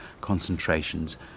concentrations